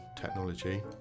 technology